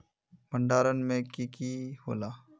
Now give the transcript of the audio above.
भण्डारण में की की होला?